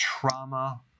trauma